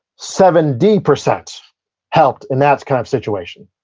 seventy percent helped in that kind of situation.